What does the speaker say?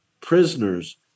prisoners